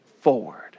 forward